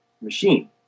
machine